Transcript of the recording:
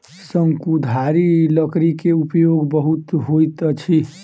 शंकुधारी लकड़ी के उपयोग बहुत होइत अछि